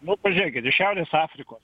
nu pažiūrėkit į šiaurės afrikos